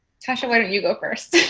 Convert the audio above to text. tasha, why don't you go first?